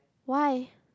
why